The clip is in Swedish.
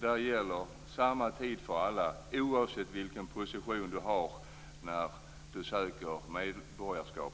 Där gäller samma tid för alla, oavsett vilken position man har när man söker medborgarskap.